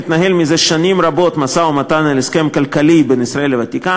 מתנהל מזה שנים רבות משא-ומתן על הסכם כלכלי בין ישראל לוותיקן,